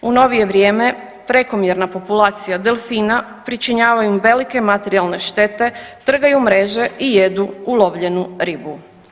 U novije vrijeme prekomjerna populacija delfina pričinjava im velike materijalne štete, trgaju mreže i jedu ulovljenu ribu.